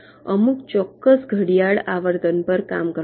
અમુક ચોક્કસ ઘડિયાળ આવર્તન પર કામ કરવા માટે